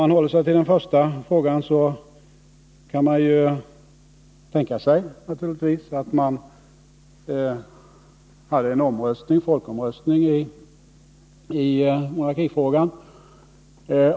Vad gäller stödet i folkmeningen kan man naturligtvis tänka sig att man hade en folkomröstning i monarkifrågan.